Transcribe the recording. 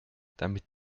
damit